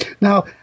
Now